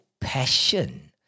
passion